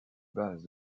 base